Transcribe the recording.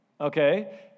Okay